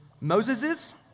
Moses's